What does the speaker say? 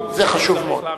זה חשוב מאוד.